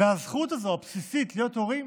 על הזכות הזאת, הבסיסית, להיות הורים,